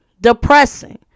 depressing